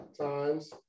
times